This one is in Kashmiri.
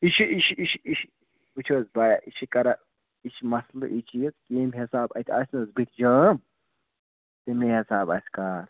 یہِ چھِ یہِ چھِ یہِ چھِ یہِ چھِ وٕچھو حظ با یہِ چھِ کَران یہِ چھِ مَسلہٕ یہِ چیٖز ییٚمہِ حِساب اَتہِ آسہِ نہٕ حظ بٕتھِ جام تَمے حِساب آسہِ کار